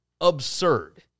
absurd